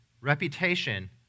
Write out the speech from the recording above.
reputation